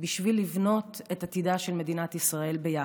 בשביל לבנות את עתידה של מדינת ישראל ביחד.